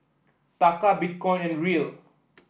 Taka Bitcoin and Riel